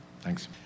Thanks